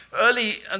early